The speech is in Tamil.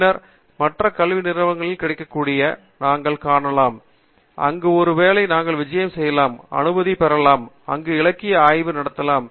பின்னர் மற்ற கல்வி நிறுவனங்களில் கிடைக்கக்கூடியதை நாங்கள் காணலாம் அங்கு ஒருவேளை நாங்கள் விஜயம் செய்யலாம் அனுமதி பெறலாம் அங்கு இலக்கிய ஆய்வு நடத்தலாம்